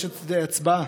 יש הצבעה.